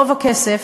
רוב הכסף,